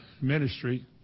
ministry